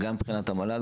גם מבחינת המל"ג,